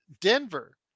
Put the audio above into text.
Denver